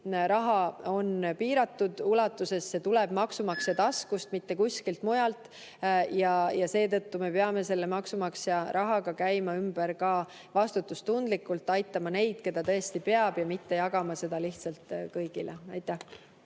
raha piiratud ulatuses, see tuleb maksumaksja taskust, mitte kuskilt mujalt. Seetõttu me peame maksumaksja rahaga käima ümber vastutustundlikult, aitama neid, keda tõesti peab [aitama], mitte jagama seda lihtsalt kõigile. Tänan!